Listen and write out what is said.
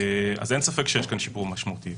אז אין ספק שיש כאן שיפור משמעותי.